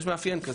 יש מאפיין כזה.